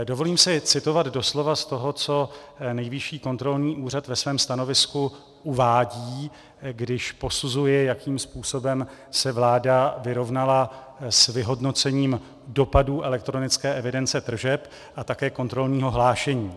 Dovolím si citovat doslova z toho, co Nejvyšší kontrolní úřad ve svém stanovisku uvádí, když posuzuje, jakým způsobem se vláda vyrovnala s vyhodnocením dopadů elektronické evidence tržeb a také kontrolního hlášení.